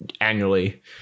annually